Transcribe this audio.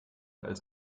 als